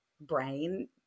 brain